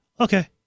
Okay